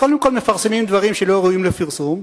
קודם כול מפרסמים דברים שלא ראויים לפרסום,